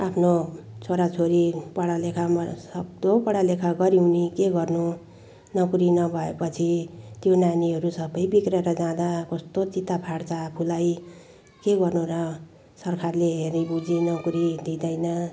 आफ्नो छोरा छोरी पढालेखामा सक्दो पढालेखा गर्यौँ नि के गर्नु नोकरी नभएपछि त्यो नानीहरू सबै बिग्रेर जाँदा कस्तो चित्त फाट्छ आफूलाई के गर्नु र सरकारले हेरी बुझी नोकरी दिँदैन